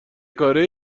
کاره